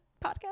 podcast